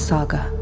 Saga